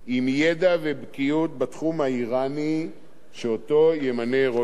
ובקיאות בתחום האירני שאותו ימנה ראש הממשלה.